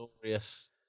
glorious